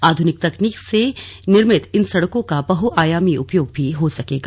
आधुनिक तकनीक से निर्मित इन सड़कों का बहआयामी उपयोग भी हो सकेगा